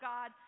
God